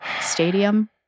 stadium